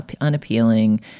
unappealing